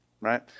right